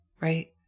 right